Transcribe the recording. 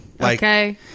Okay